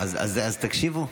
אז תקשיבו.